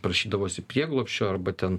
prašydavosi prieglobsčio arba ten